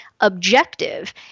objective